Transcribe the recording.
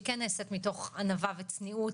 היא כן נעשית מתוך ענווה וצניעות.